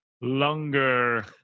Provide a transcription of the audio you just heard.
Longer